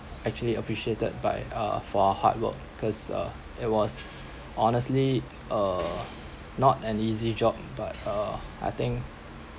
actually appreciated by uh for our hard work because uh it was honestly uh not an easy job but uh I think